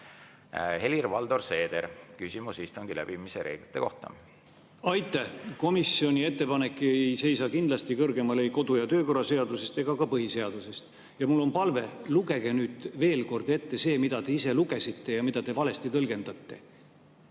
Helir-Valdor Seeder, küsimus istungi läbiviimise reeglite kohta. Aitäh! Komisjoni ettepanek ei seisa kindlasti kõrgemal ei kodu- ja töökorra seadusest ega ka põhiseadusest. Ja mul on palve: lugege veel kord ette see, mida te lugesite ja mida te valesti tõlgendate.